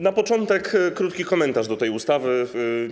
Na początek krótki komentarz do tej ustawy.